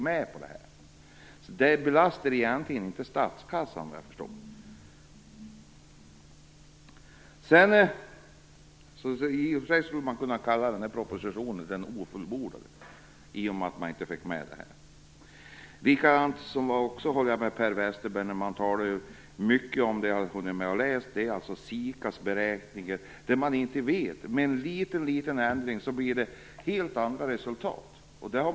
Detta belastar alltså såvitt jag kan förstå inte statskassan. Man skulle i och med att detta inte kom med kunna kalla den här propositionen "den ofullbordade". Jag håller också med Per Westerberg när det gäller SIKA:s beräkningar. Med bara en liten ändring kan man få helt andra resultat.